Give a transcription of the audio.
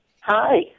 Hi